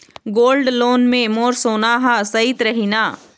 Gold loan मे मोर सोना हा सइत रही न?